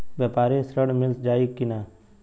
व्यापारी ऋण मिल जाई कि ना?